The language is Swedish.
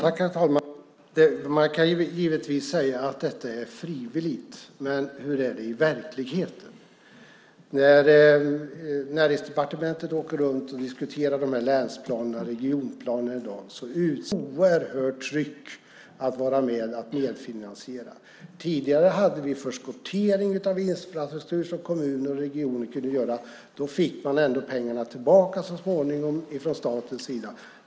Herr talman! Man kan givetvis säga att detta är frivilligt. Men hur är det i verkligheten? När Näringsdepartementet åker runt och diskuterar de här länsplanerna och regionplanerna i dag utsätts kommunerna för ett oerhört tryck när det gäller att vara med och medfinansiera. Tidigare kunde kommuner och regioner förskottera när det gällde infrastruktur. Då fick man ändå pengarna tillbaka så småningom från statens sida.